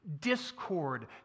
discord